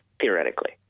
theoretically